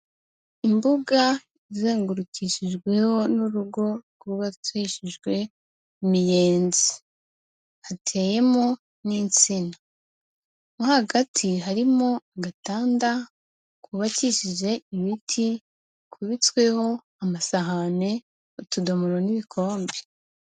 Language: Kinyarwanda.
Imbuga izengurukishijweho n'urugo rwubakishijwe imiyenzi, hateyemo n'insina, mo hagati harimo agatanda ku bakijije ibiti, kubitsweho amasahani, utudomoro, n'ibikombe.